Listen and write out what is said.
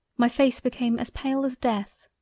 my face became as pale as death,